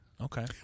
Okay